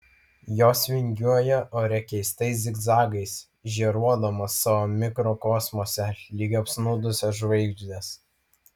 jos vingiuoja ore keistais zigzagais žėruodamos savo mikrokosmose lyg apsnūdusios žvaigždės